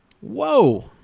Whoa